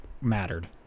mattered